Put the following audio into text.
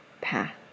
path